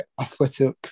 Athletic